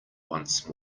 once